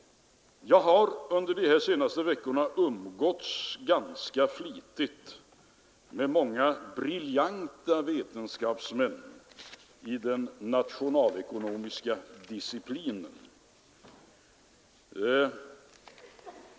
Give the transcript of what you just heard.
Jag har under de senaste veckorna umgåtts ganska flitigt med många briljanta vetenskapsmän inom den nationalekonomiska disciplinen.